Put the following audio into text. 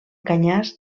canyars